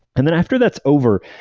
and then after that's over,